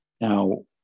Now